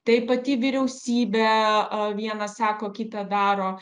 tai pati vyriausybė a vieną sako kitą daro